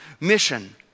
mission